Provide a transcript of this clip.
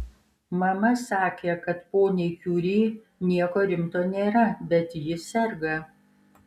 mama sakė kad poniai kiuri nieko rimto nėra bet ji serga